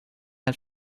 het